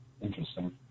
Interesting